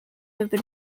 have